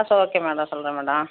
ஆ sir okay madam சொல்கிறேன் madam